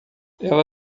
ela